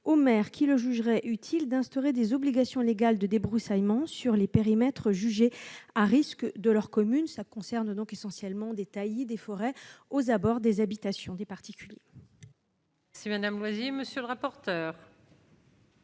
aux maires qui le jugerait utile d'instaurer des obligations légales de débroussaillement sur les périmètres jugés à risque de leur commune, ça concerne donc essentiellement des forêts aux abords des habitations des particuliers. Sylviana moisi, monsieur le rapporteur.